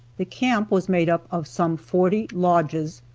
the camp was made up of some forty lodges,